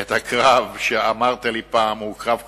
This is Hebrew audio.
את הקרב שעליו אמרת לי פעם, הוא קרב חיי,